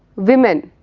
women,